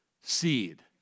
seed